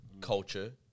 culture